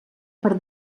per